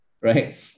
right